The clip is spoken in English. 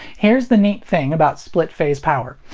here's the neat thing about split-phase power.